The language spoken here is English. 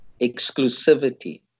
exclusivity